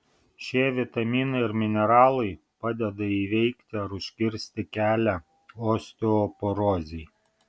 šie vitaminai ir mineralai padeda įveikti ar užkirsti kelią osteoporozei